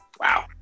wow